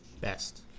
Best